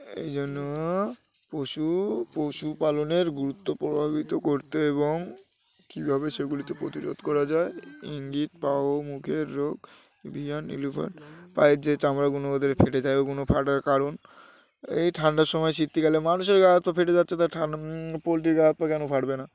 এই জন্য পশু পশুপালনের গুরুত্ব প্রভাবিত করতে এবং কীভাবে সেগুলিতে প্রতিরোধ করা যায় ইঙ্গিত পা ও মুখের রোগ এভিয়ান ইলোফান পায়ের যে চামড়াগুলো ওদের ফেটে যায় ওগুলো ফাটার কারণ এই ঠান্ডার সময় শীতকালে মানুষের গা হাত পা ফেটে যাচ্ছে তা ঠান্ডা পোলট্রির গা হাত পা কেন ফাটবে না